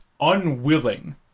unwilling